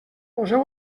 poseu